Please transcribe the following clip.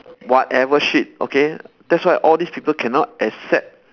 whatever shit okay that's why all this people cannot accept